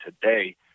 today